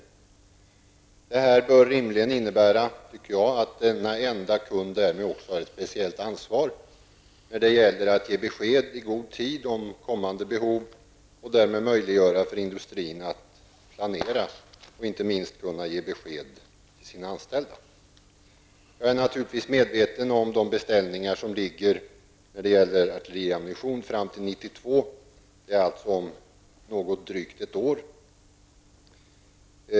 Jag tycker att detta rimligen bör medföra att denna enda kund också har ett speciellt ansvar när det gäller att ge besked i god tid om kommande behov. Därmed möjliggör man för industrin att kunna planera och inte minst kunna ge besked till sina anställda. Jag är naturligtvis medveten om de beställningar som finns när det gäller artilleriammunition fram till 1992. Det är om drygt ett år.